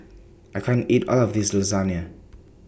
I can't eat All of This Lasagne